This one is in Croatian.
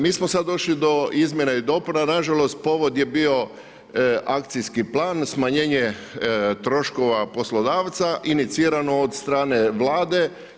Mi smo sad došli do izmjena i dopuna, nažalost povod je bio akcijski plan, smanjenje troškova poslodavca, inicirano od strane Vlade.